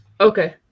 okay